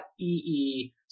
E-E